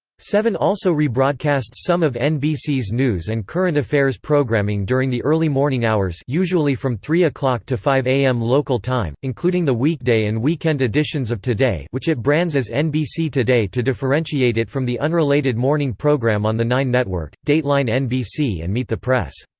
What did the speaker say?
seven also rebroadcasts some of nbc's news and current affairs programming during the early morning hours usually from three zero to five zero a m. local time, including the weekday and weekend editions of today which it brands as nbc today to differentiate it from the unrelated morning program on the nine network, dateline nbc and meet the press.